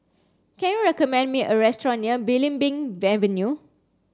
can you recommend me a restaurant near Belimbing Avenue